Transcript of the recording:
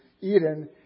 Eden